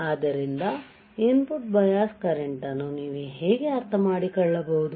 ಆದ್ದರಿಂದ input bias current ನ್ನು ನೀವು ಹೀಗೆ ಅರ್ಥಮಾಡಿಕೊಳ್ಳಬಹುದು